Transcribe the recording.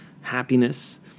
happiness